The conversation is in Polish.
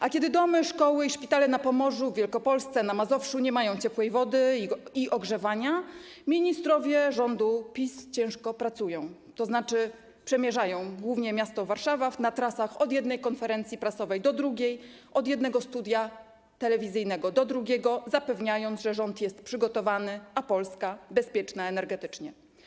A kiedy domy, szkoły i szpitale na Pomorzu, w Wielkopolsce, na Mazowszu nie mają ciepłej wody i ogrzewania, ministrowie rządu PiS ciężko pracują, tzn. przemierzają trasy głównie po mieście Warszawa, od jednej konferencji prasowej do drugiej, od jednego studia telewizyjnego do drugiego, zapewniając, że rząd jest przygotowany, a Polska bezpieczna energetycznie.